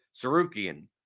Sarukian